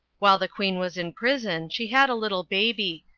while the queen was in prison she had a little baby,